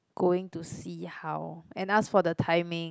going to see how and ask for the timing